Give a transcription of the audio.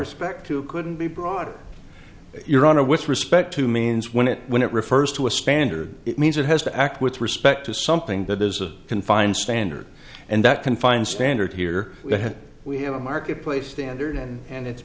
respect to couldn't be broader your honor with respect to means when it when it refers to a standard it means it has to act with respect to something that is a confined standard and that confined standard here we have a marketplace standard and